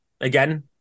again